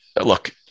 look –